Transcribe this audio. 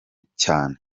cyane